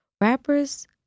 rappers